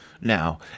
Now